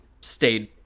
stayed